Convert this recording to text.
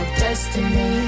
destiny